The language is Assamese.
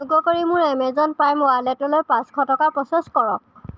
অনুগ্ৰহ কৰি মোৰ এমেজন প্ৰাইম ৱালেটলৈ পাঁচশ টকা প্ৰ'চেছ কৰক